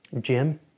Jim